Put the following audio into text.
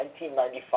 1995